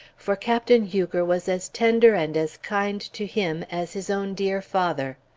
for captain huger was as tender and as kind to him as his own dear father.